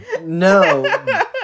No